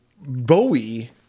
Bowie